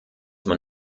man